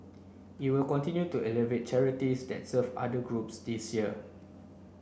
it will continue to evaluate charities that's serve other groups this year